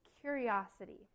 curiosity